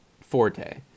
forte